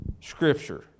Scripture